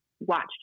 watched